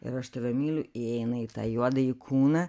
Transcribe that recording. ir aš tave myliu įeina į tą juodąjį kūną